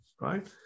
right